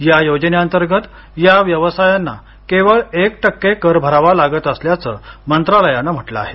या योजनेंतर्गत या व्यवसायांना केवळ एक टक्के कर भरावा लागत असल्याचं मंत्रालयानं म्हटलं आहे